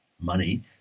money